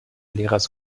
lehrers